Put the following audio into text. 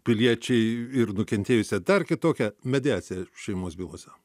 piliečiai ir nukentėjusią dar kitokią mediacija šeimos bylose